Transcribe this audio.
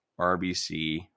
RBC